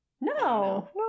No